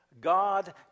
God